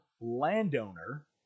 landowner